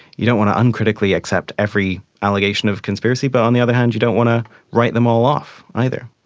you don't want to uncritically accept every allegation of conspiracies, but on the other hand you don't want to write them all off either.